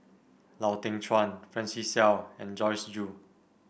Lau Teng Chuan Francis Seow and Joyce Jue